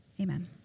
Amen